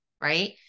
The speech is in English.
right